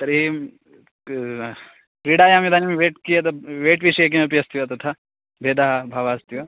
तर्हि कः क्रिडायां इदानीं वैट् कीयद् वैट् विषये किमपि अस्ति वा तथा भेदभावः अस्ति वा